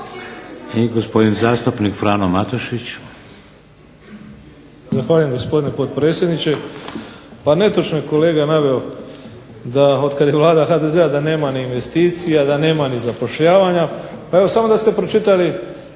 I gospodin zastupnik Frano Matušić.